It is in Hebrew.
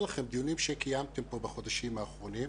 לכם דיונים שקיימתם פה בחודשים האחרונים,